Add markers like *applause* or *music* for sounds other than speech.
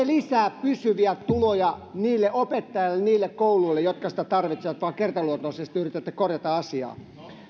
*unintelligible* lisää pysyviä tuloja niille opettajille niille kouluille jotka niitä tarvitsevat vaan kertaluontoisesti yritätte korjata asiaa